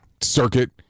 circuit